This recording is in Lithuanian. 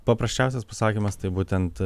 paprasčiausias pasakymas tai būtent